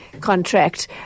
contract